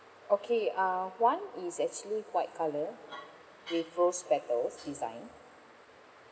okay uh one is actually white colour with rose petals design